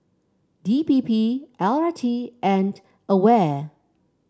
D P P L R T and Aware